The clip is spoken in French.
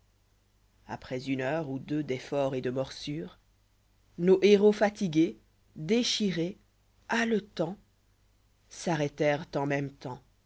aprèa une heure ou deux d'efforts et de morsures fables nos héros fatigués déchirés haletants s'arrêtèrent en même temps